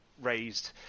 raised